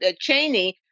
Cheney